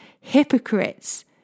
hypocrites